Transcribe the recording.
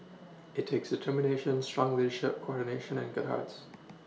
it takes determination strong leadership coordination and good hearts